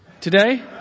today